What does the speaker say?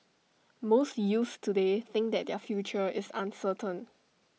most youths today think that their future is uncertain